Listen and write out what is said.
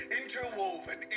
interwoven